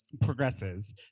progresses